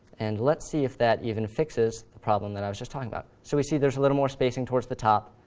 and let's see if that even fixes the problem that i was just talking about. so we see there's a little more spacing towards the top.